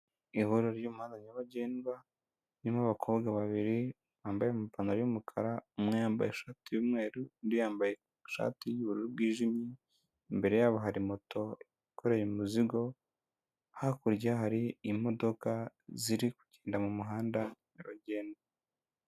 Ihuriro ry'umuhanda nyabagendwa urimo abakobwa babiri bambaye amapantaro y'umukara, umwe yambaye ishati y'umweru, undi yambaye ishati y'ubururu bwijimye imbere yabo hari moto yikoreye umuzigo. Hakurya hari imodoka ziri kugenda mu muhanda nyabagendwa.